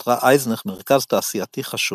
נותרה אייזנך מרכז תעשייתי חשוב.